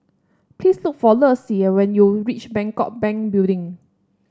please look for Lexie when you reach Bangkok Bank Building